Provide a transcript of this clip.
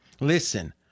listen